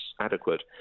adequate